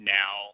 now